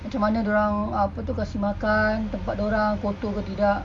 macam mana dia orang ah apa tu kasi makan tempat dia orang kotor ke tidak